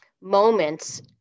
moments